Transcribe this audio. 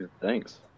thanks